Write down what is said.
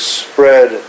spread